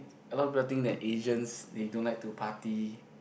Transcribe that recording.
a lot of people think that Asians they don't like to party